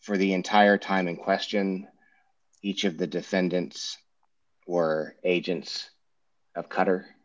for the entire time in question each of the defendants or agents of cut